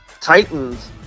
Titans